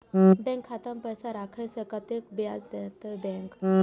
Bank खाता में पैसा राखे से कतेक ब्याज देते बैंक?